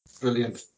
Brilliant